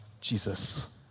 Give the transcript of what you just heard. Jesus